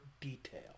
detail